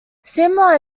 similar